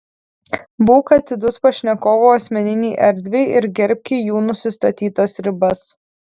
būk atidus pašnekovų asmeninei erdvei ir gerbki jų nusistatytas ribas